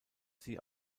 sie